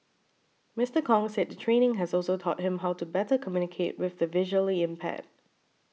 Mister Kong said the training has also taught him how to better communicate with the visually impaired